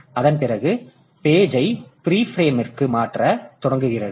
அதன் பிறகு பேஜை பிரீ பிரேம்மிற்கு மாற்றத் தொடங்குகிறது